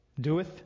doeth